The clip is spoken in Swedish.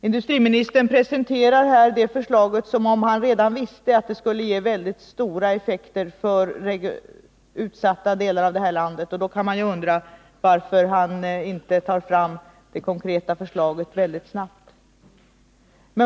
Industriministern presenterar här det förslaget som om han redan visste att det skulle ge stora effekter för utsatta delar av landet. Då kan man undra varför han inte tar fram det konkreta förslaget väldigt snabbt.